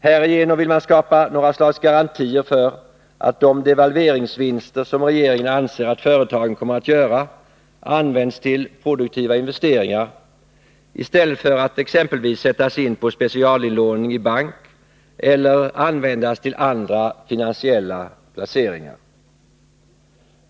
Härigenom vill man skapa några slags garantier för att de devalveringsvinster som regeringen anser att företagen kommer att göra används till produktiva investeringar i stället för att exempelvis sättas in på specialinlåningskonton i bank eller användas till andra finansiella placeringar.